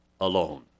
alone